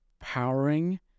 powering